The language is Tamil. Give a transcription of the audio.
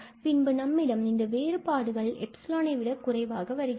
பின்பு நம்மிடம் இந்த வேறுபாடுகள் 𝜖ஐ விட குறைவாக வருகிறது